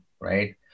right